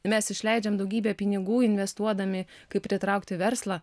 mes išleidžiam daugybę pinigų investuodami kaip pritraukti verslą